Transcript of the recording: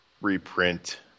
reprint